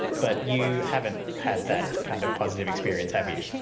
but you haven't had that kind of positive experience, have you?